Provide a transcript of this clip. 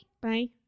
Bye